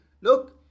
Look